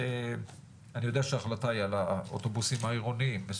אני יודע שההחלטה היא על האוטובוסים העירוניים,